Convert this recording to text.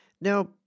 Now